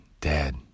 dad